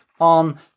on